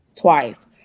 Twice